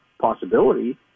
possibility